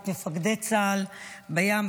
את מפקדי צה"ל בים,